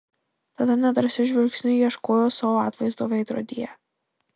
tada nedrąsiu žvilgsniu ieškojo savo atvaizdo veidrodyje